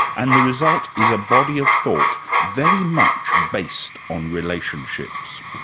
and the result is a body of thought very much based on relationships.